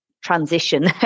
transition